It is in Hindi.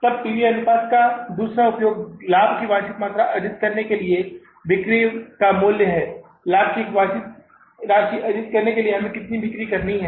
तब पी वी अनुपात का दूसरा उपयोग लाभ की वांछित मात्रा अर्जित करने के लिए बिक्री का मूल्य है लाभ की एक वांछित राशि अर्जित करने के लिए हमें कितनी बिक्री करनी है